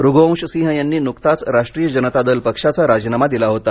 रघुवंश सिंह यांनी नुकताच राष्ट्रीय जनता दल पक्षाचा राजीनामा दिला होता